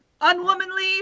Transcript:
unwomanly